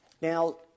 Now